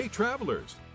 Travelers